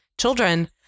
children